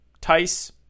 Tice